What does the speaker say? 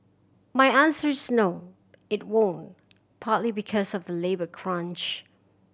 my answer is no it won't partly because of the labour crunch